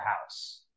house